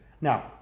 Now